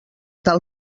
tal